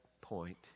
point